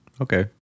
Okay